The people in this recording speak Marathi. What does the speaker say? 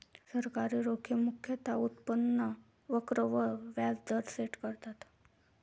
सरकारी रोखे मुख्यतः उत्पन्न वक्र वर व्याज दर सेट करतात